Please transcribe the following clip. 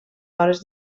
hores